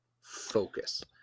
focus